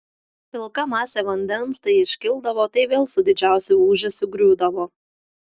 pilka masė vandens tai iškildavo tai vėl su didžiausiu ūžesiu griūdavo